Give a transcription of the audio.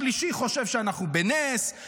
השלישי חושב שאנחנו בנס -- תקופה של